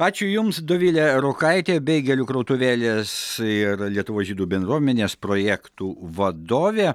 ačiū jums dovilė rokaitė beigelių krautuvėlės ir lietuvos žydų bendruomenės projektų vadovė